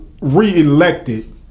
reelected